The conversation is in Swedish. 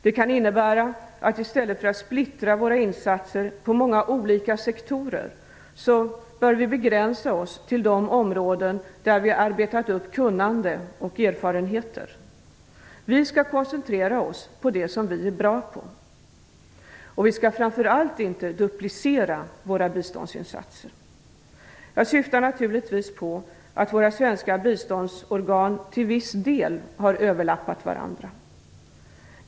Det kan innebära att vi i stället för att splittra våra insatser på många olika sektorer bör begränsa oss till de områden där vi arbetat upp kunnande och där vi har erfarenheter. Vi skall koncentrera oss på det som vi är bra på, och vi skall framför allt inte duplicera våra biståndsinsatser. Jag syftar naturligtvis på att våra svenska biståndsorgan till viss del har överlappat varandra.